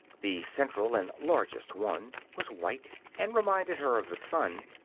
the central and largest one was white, and reminded her of the sun.